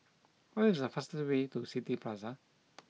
what is the fastest way to City Plaza